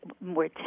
more